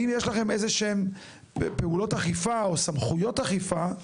אם יש לכם איזשהן פעולות אכיפה או סמכויות אכיפה,